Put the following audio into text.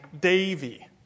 Davy